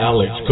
Alex